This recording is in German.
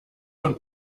von